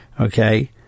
Okay